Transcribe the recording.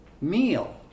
meal